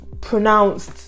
pronounced